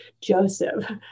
Joseph